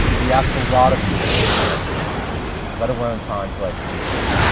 we ask a lot of you in ordinary times, let alone times like these.